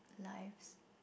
lives